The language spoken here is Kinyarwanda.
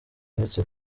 uretse